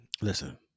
Listen